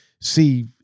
see